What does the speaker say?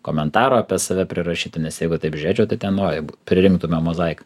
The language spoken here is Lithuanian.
komentarų apie save prirašytų nes jeigu taip žiūrėčiau tai ten oi pririnktume mozaiką